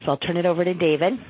so i'll turn it over to david.